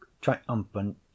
Triumphant